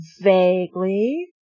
Vaguely